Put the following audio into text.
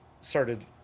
started